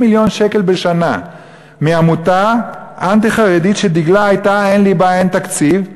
מיליון שקל לשנה מעמותה אנטי-חרדית שדגלה היה: אין ליבה אין תקציב,